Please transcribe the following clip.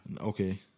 Okay